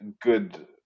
good